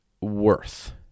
worth